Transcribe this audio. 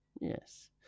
Yes